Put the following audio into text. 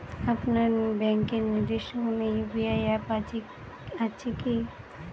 আপনার ব্যাংকের নির্দিষ্ট কোনো ইউ.পি.আই অ্যাপ আছে আছে কি?